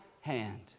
hand